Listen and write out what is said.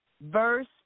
verse